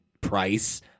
price